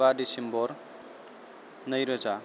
बा डिसेम्बर नैरोजा